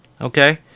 okay